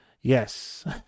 yes